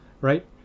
right